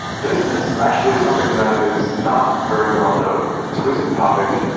this is actually something that is not very well-known. it's it's a recent topic,